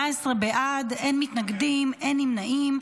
18 בעד, אין מתנגדים, אין נמנעים.